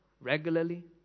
regularly